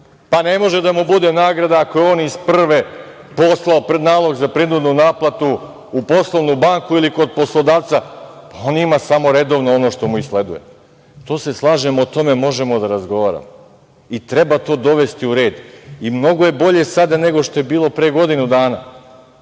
Ne može da mu bude nagrada ako je on iz prve poslao nalog za prinudnu naplatu u poslovnu banku ili kod poslodavca. Pa, on ima samo redovno ono što mu i sleduje. Tu se slažemo, i o tome možemo da razgovaramo, treba to dovesti u red i mnogo je bolje sada, nego što je bilo pre godinu dana.